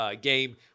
game